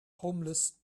homeless